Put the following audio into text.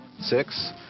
Six